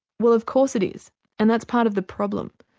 well of course it is and that's part of the problem,